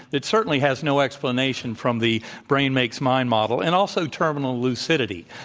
that certainly has no explanation from the brain makes mind model and also terminal lucidity,